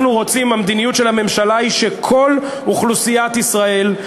המדיניות של הממשלה היא שכל אוכלוסיית ישראל,